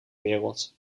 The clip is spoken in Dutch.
wereld